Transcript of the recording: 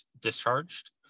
discharged